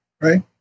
Right